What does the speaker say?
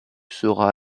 sera